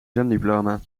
zwemdiploma